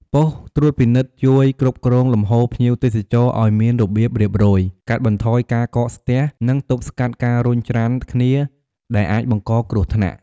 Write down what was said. បុស្តិ៍ត្រួតពិនិត្យជួយគ្រប់គ្រងលំហូរភ្ញៀវទេសចរណ៍ឲ្យមានរបៀបរៀបរយ កាត់បន្ថយការកកស្ទះនិងទប់ស្កាត់ការរុញច្រានគ្នាដែលអាចបង្កគ្រោះថ្នាក់។